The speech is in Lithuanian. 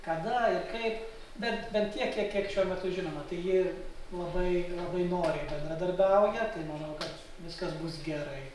kada ir kaip bent bent tiek kiek kiek šiuo metu žinoma tai ji ir labai labai noriai bendradarbiauja tai manau kad viskas bus gerai